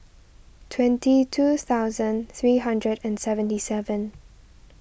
twenty two thousand three hundred and seventy seven